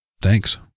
thanks